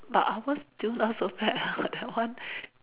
but ours still not so bad ah that one